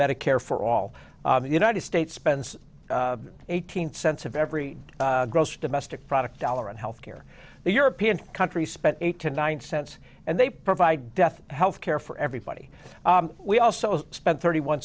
medicare for all the united states spends eighteen cents of every gross domestic product dollar on health care the european countries spend eight to nine cents and they provide death health care for everybody we also spend thirty one